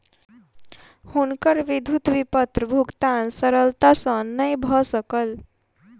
हुनकर विद्युत विपत्र भुगतान सरलता सॅ नै भ सकल